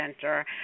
center